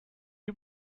you